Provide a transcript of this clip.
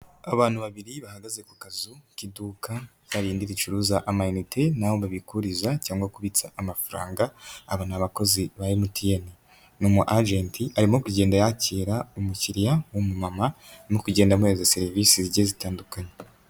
Abantu babiri bahagaze ku kazu k'iduka ryarindi ricuruza amayinite ni aho babikuriza cyangwa kubitsa amafaranga aba ni abakozi ba MTN, ni umu ajenti arimo kugenda yakira umukiriya w'umumama arimo kugenda amuhereza serivise zigiye zitandukanye.